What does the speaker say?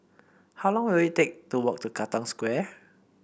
how long will it take to walk to Katong Square